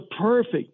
perfect